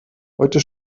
heute